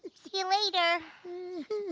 see you later.